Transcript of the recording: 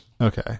Okay